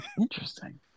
interesting